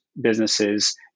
businesses